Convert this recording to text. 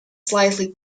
slightly